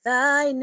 Thy